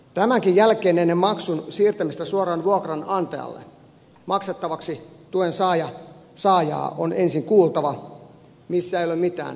tämänkin jälkeen ennen maksun siirtämistä suoraan vuokranantajalle maksettavaksi tuensaajaa on ensin kuultava missä ei ole mitään järkeä